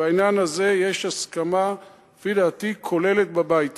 בעניין הזה יש הסכמה, לפי דעתי כוללת בבית הזה,